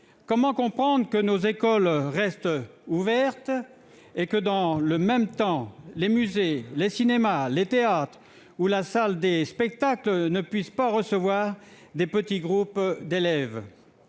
Comment comprendre que nos écoles restent ouvertes et que, dans le même temps, les musées, les cinémas, les théâtres ou les salles de spectacle ne puissent pas recevoir de petits groupes d'élèves ?